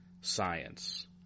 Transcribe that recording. science